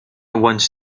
wants